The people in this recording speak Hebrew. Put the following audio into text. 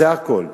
זה הכול,